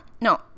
No